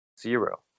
zero